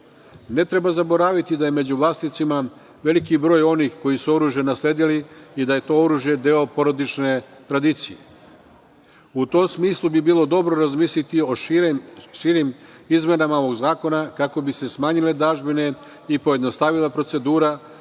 treba zaboraviti da je među vlasnicima veliki broj onih koji su oružje nasledili i da je to oružje deo porodične tradicije. U tom smislu bi bilo dobro razmisliti o širim izmenama ovog zakona, kako bi se smanjile dažbine i pojednostavila procedura,